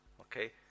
okay